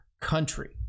country